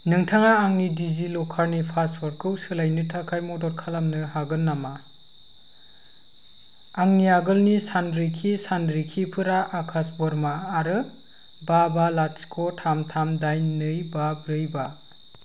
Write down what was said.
नोंथाङा आंनि डिजिलकारनि पासवर्डखौ सोलायनो थाखाय मदद खालामनो हागोन नामा आंनि आगोलनि सानरिखिफोरा आकाश वरमा आरो बा बा लाथिख थाम थाम दाइन नै बा ब्रै बा